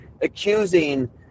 accusing